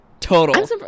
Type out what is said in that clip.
Total